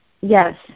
Yes